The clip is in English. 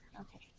Okay